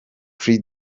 free